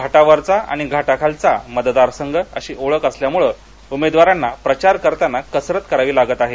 घाटावरचा आणि घाटाखालचा मतदारसंघ अशी ओळख असल्यामुळे उमेदवारांना प्रचार करताना कसरत करावी लागत आहे